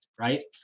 right